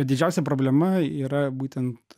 didžiausia problema yra būtent